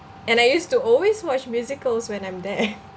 and I used to always watch musicals when I'm there